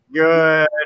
Good